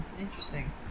Interesting